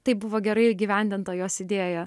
tai buvo gerai įgyvendinta jos idėja